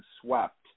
swept